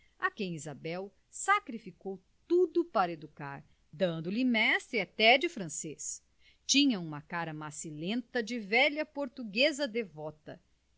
a quem isabel sacrificou tudo para educar dando-lhe mestre até de francês tinha uma cara macilenta de velha portuguesa devota